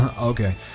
Okay